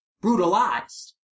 brutalized